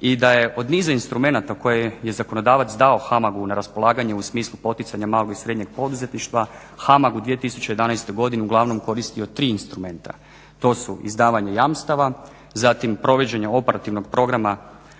i da je od niza instrumenata koje je zakonodavac dao HAMAG-u na raspolaganje u smislu poticanja malog i srednjeg poduzetništva. HAMAG u 2011. godini uglavnom je koristio tri instrumenta, to su izdavanje jamstava, zatim provođenje operativnog programa odobravanja